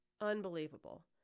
unbelievable